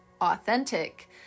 authentic